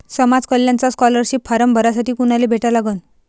समाज कल्याणचा scholarship form भरासाठी कुनाले भेटा लागन?